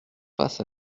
face